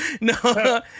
No